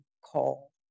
call